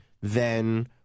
Then-